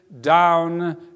down